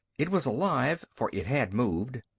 it was alive, for it had moved.